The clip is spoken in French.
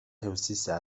réussissent